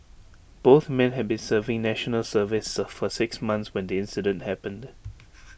both men had been serving national services for six months when the incident happened